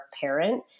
parent